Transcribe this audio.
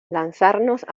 lanzarnos